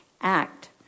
Act